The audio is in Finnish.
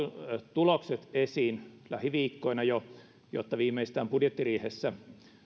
tulokset esiin jo lähiviikkoina jotta viimeistään budjettiriihessä